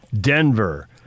Denver